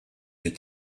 that